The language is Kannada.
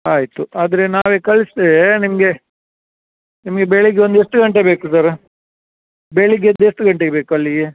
ಆಯ್ತು ಆದರೆ ನಾವೇ ಕಳಿಸ್ತೇವೆ ನಿಮಗೆ ನಿಮಗೆ ಬೆಳಗ್ಗೆ ಒಂದು ಎಷ್ಟು ಗಂಟೆಗೆ ಬೇಕು ಸರ ಬೆಳಗ್ಗೆದು ಎಷ್ಟು ಗಂಟೆಗೆ ಬೇಕು ಅಲ್ಲಿಗೆ